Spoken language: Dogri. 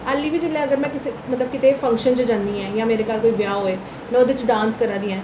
हाल्ली बी जेल्लै में कुसै मतलब कुतै फंक्शन च जन्नी आं जां मेरे घर कोई ब्याह् होऐ में ओह्दे च डांस करै दी आं